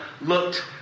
looked